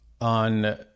on